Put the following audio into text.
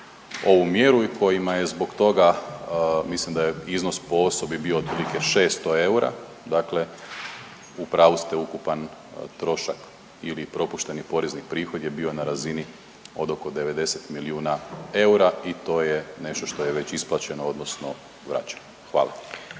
ovu mjeru i kojima je zbog toga, mislim da je iznos po osobi bio otprilike 600 eura, dakle u pravu ste ukupan trošak ili propušteni porezni prihod je bio na razini od oko 90 milijuna eura i to je nešto što je već isplaćeno odnosno vraćeno. Hvala.